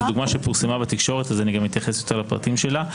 זו דוגמה שפורסמה בתקשורת אז אני גם אתייחס יותר לפרטים שלה.